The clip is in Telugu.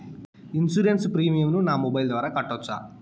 ఇన్సూరెన్సు ప్రీమియం ను నా మొబైల్ ద్వారా కట్టొచ్చా?